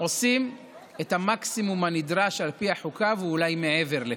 עושים את המקסימום הנדרש על פי החוק ואולי מעבר לכך.